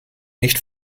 nicht